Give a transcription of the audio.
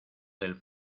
del